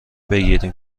بگیریم